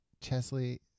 Chesley